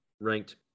ranked